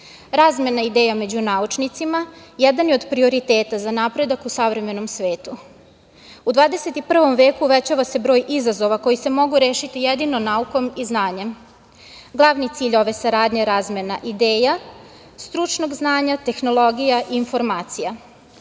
Razmena ideja među naučnicima jedan je od prioriteta za napredak u savremenom svetu.U 21. veku uvećava se broj izazova koji se mogu rešiti jedino naukom i znanjem. Glavni cilj ove saradnje je razmena ideja, stručnog znanja, tehnologija, informacija.